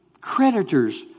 creditors